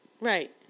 Right